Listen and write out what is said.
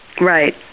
Right